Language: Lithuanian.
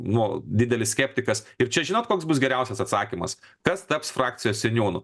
nu didelis skeptikas ir čia žinot koks bus geriausias atsakymas kas taps frakcijos seniūnu